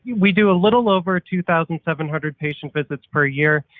we do a little over two thousand seven hundred patient visits per year,